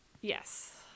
Yes